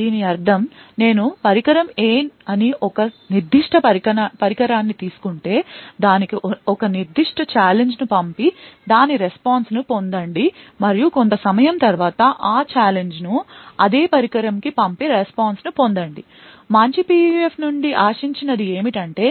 దీని అర్థం నేను పరికరం A అని ఒక నిర్దిష్ట పరికరాన్ని తీసుకుంటే దానికి ఒక నిర్దిష్ట ఛాలెంజ్ ను పంపి దాని రెస్పాన్స్ ను పొందండి మరియు కొంత సమయం తర్వాత ఆ ఛాలెంజ్ ను అదే పరికరం కి పంపి రెస్పాన్స్ ను పొందండి మంచి PUF నుండి ఆశించినది ఏమిటంటే